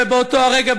ובאותו הרגע,